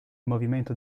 movimento